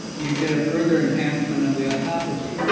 you get a further enhancement of the autophagy.